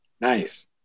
Nice